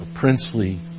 princely